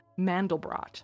Mandelbrot